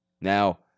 Now